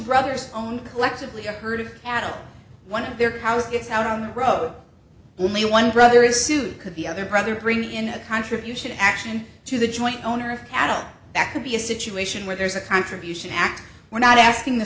brothers own collectively a herd of cattle one of their power is out on the road only one brother is sued could the other brother bring in a contribution action to the joint owner of cattle that could be a situation where there's a contribution act we're not asking